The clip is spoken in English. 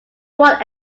what